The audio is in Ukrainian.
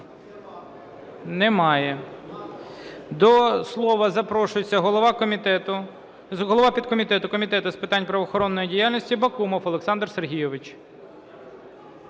Немає. До слова запрошується голова підкомітету Комітету з питань правоохоронної діяльності Бакумов Олександр Сергійович.